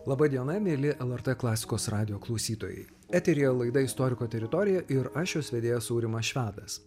laba diena mieli lrt klasikos radijo klausytojai eteryje laida istoriko teritorija ir aš jos vedėjas aurimas švedas